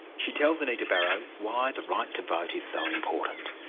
she tells anita barraud why the right to vote is so important.